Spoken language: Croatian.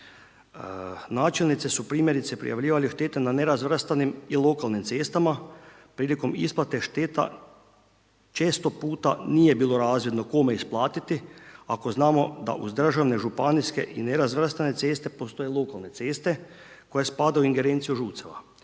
Načelnici su primjerice prijavljivali štete na nerazvrstanim i lokalnim cestama. Prilikom isplate šteta često puta nije bilo razvidno kome isplatiti, ako znamo da uz državne, županijske i nerazvrstane ceste postoje lokalne ceste koje spadaju u ingerenciju